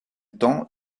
temps